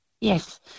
Yes